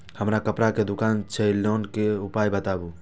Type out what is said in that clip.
हमर कपड़ा के दुकान छै लोन के उपाय बताबू?